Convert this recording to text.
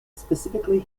specifically